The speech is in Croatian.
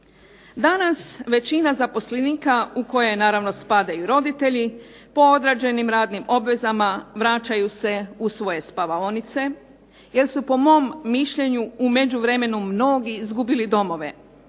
Danas većina zaposlenika u koje naravno spadaju roditelja po odrađenim radnim obvezama vraćaju se u svoje spavaonice jer su po mom mišljenju u međuvremenu mnogi izgubili domove.